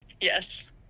yes